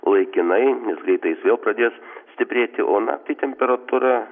laikinai nes greitai jis vėl pradės stiprėti o naktį temperatūra